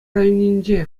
районӗнчи